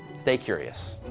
stay curious!